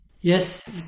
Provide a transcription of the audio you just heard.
Yes